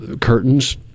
curtains